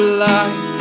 life